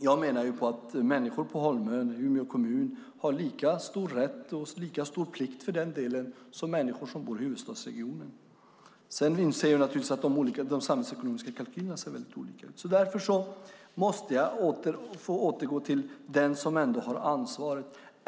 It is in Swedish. Jag menar att människor på Holmön i Umeå kommun har lika stor rätt, och för den delen lika stor plikt, som människor som bor i huvudstadsregionen. Sedan inser jag naturligtvis att de samhällsekonomiska kalkylerna ser väldigt olika ut. Därför måste jag få återgå till den som ändå har ansvaret.